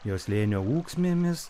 jo slėnio ūksmėmis